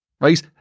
right